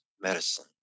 medicine